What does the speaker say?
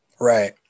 Right